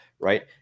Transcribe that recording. right